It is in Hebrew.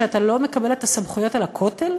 שאתה לא מקבל את הסמכויות על הכותל?